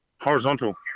Horizontal